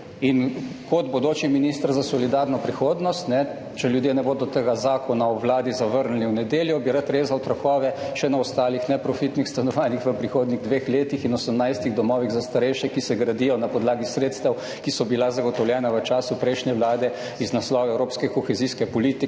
In kot bodoči minister za solidarno prihodnost, če ljudje ne bodo tega Zakona o Vladi zavrnili v nedeljo, bi rad rezal trakove še na ostalih neprofitnih stanovanjih v prihodnjih dveh letih in 18 domovih za starejše, ki se gradijo na podlagi sredstev, ki so bila zagotovljena v času prejšnje vlade iz naslova evropske kohezijske politike,